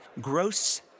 gross